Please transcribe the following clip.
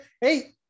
Hey